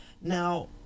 Now